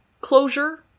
closure